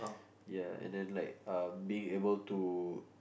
ya and then like being able to